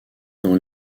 dans